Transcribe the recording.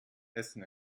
essen